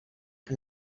que